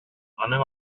аның